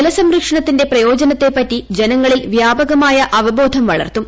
ജലസംരക്ഷണത്തിന്റെ പ്രയോജനത്തെപ്പറ്റി ജനങ്ങളിൽ വ്യാപകമായ അവബോധം വളർത്തും